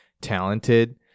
talented